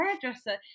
hairdresser